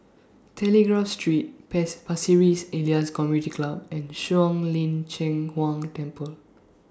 Telegraph Street pace Pasir Ris Elias Community Club and Shuang Lin Cheng Huang Temple